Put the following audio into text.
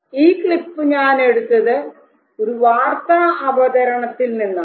ഈ ക്ലിപ്പ് ഞാൻ എടുത്തത് ഒരു വാർത്ത അവതരണത്തിൽ നിന്നാണ്